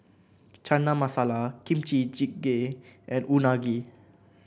Chana Masala Kimchi Jjigae and Unagi